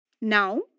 Now